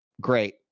great